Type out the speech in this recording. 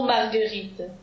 Marguerite